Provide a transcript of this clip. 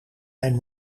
mijn